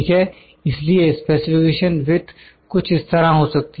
इसलिए specification with कुछ इस तरह हो सकती है